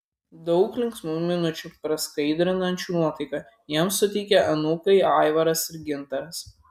daug linksmų minučių praskaidrinančių nuotaiką jiems suteikia anūkai aivaras ir gintaras